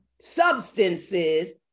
substances